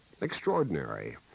extraordinary